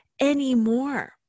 anymore